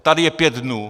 Tady je pět dnů.